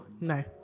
No